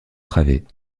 travées